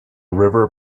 river